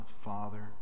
Father